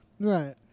Right